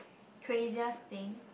craziest thing